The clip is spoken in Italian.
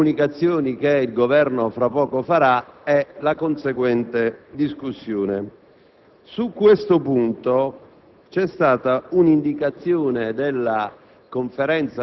le comunicazioni che il Governo tra poco farà e la conseguente discussione. Su questo punto c'è stata un'indicazione della